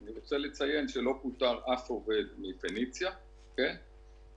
אני רוצה לציין שלא פוטר אף עובד מ"פניציה" ועדיין,